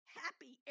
happy